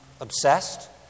obsessed